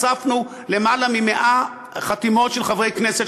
למעלה מ-100 חתימות של חברי כנסת,